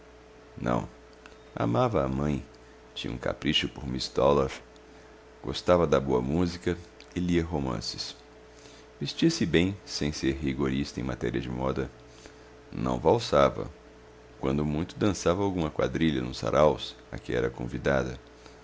não amava a mãe tinha um capricho por miss dollar gostava da boa música e lia romances vestia-se bem sem ser rigorista em matéria de moda não valsava quando muito dançava alguma quadrilha nos saraus a que era convidada